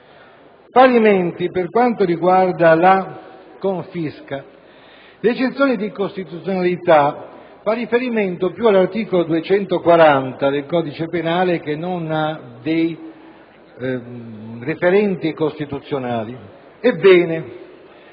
Parimenti, per quanto riguarda la confisca, l'eccezione di incostituzionalità fa riferimento più all'articolo 240 del codice penale che a dei referenti costituzionali.